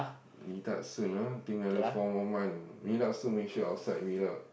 meet up soon ah think another four more month meet up soon make sure outside meet up